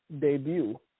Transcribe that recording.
debut